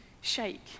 shake